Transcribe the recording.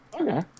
Okay